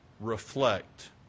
reflect